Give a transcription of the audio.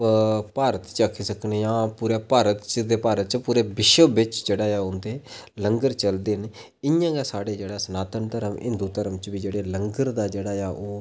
भारत च आखी सकने आं पूरे भारत च ते पूरे विश्व च जेह्ड़ा ऐ ओह् उं'दे लंगर चलदे न इ'यां गै साढ़े सनातन धर्म च हिंदू धर्म च बी जेह्ड़े लंगर दा जेह्ड़ा ऐ ओह्